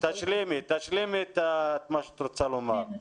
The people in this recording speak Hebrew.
תשלימי את מה שאת רוצה לומר.